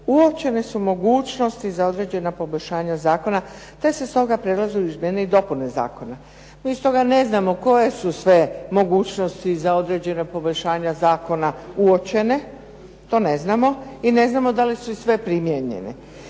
uočene su mogućnosti za određena poboljšanja zakona, te se stoga prelazi …/Govornica se ne razumije./… i dopune zakona." Mi iz toga ne znamo koje su sve mogućnosti za određena poboljšanja zakona uočene, to ne znamo i ne znamo da li su i sve primijenjene.